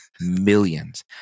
Millions